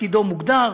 תפקידו מוגדר,